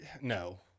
No